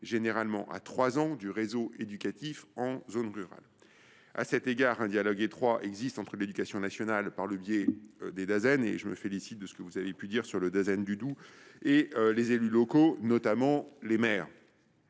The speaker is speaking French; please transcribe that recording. généralement à trois ans, du réseau éducatif en zone rurale. À cet égard, un dialogue étroit existe entre l’éducation nationale, représentée par les Dasen – et je me félicite de ce que vous avez dit sur le Dasen du et les élus locaux, notamment les maires.